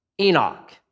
Enoch